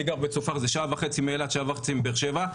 אני גר בצופר שזה שעה וחצי מאילת ושעה וחצי מבאר שבע,